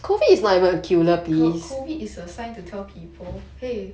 but COVID is a sign to tell people !hey!